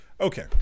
Okay